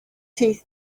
teeth